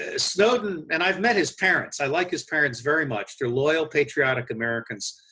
ah snowden, and i've met his parents. i like his parents very much. they're loyal, patriotic americans.